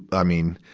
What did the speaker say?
i mean,